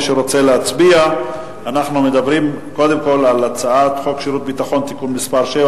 אנחנו נצביע קודם על הצעת חוק שירות ביטחון (תיקון מס' 7